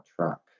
truck